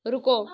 رکو